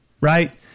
right